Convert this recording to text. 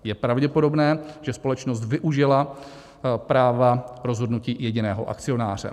Je pravděpodobné, že společnost využila práva rozhodnutí jediného akcionáře.